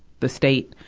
the state,